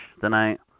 tonight